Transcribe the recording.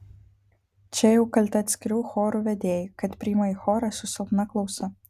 čia jau kalti atskirų chorų vedėjai kad priima į chorą su silpna klausa